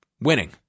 winning